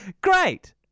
great